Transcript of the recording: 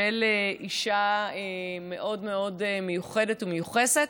של אישה מאוד מאוד מיוחדת ומיוחסת,